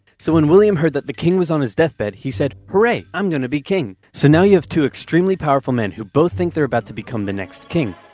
so when william heard that the king was on his deathbed, he said, hooray! i'm going to be king so now you have two extremely powerful men who both think they're about to become the next king.